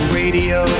radio